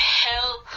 hell